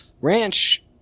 Ranch